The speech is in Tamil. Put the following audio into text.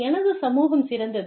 எனது சமூகம் சிறந்தது